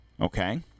Okay